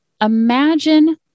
imagine